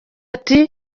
ati